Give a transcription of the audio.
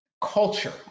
culture